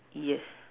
yes